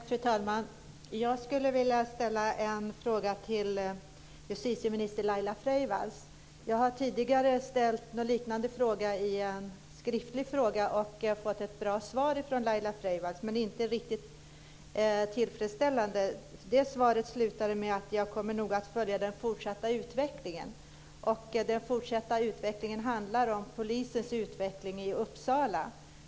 Fru talman! Jag skulle vilja ställa en fråga till justitieminister Laila Freivalds. Jag har tidigare ställt en liknande fråga i skriftlig form och då fått ett bra svar från Laila Freivalds, som dock inte var riktigt tillfredsställande. Det svaret slutade med: Jag kommer noga att följa den fortsatta utvecklingen. Vad det handlar om är polisens utveckling i Uppsala.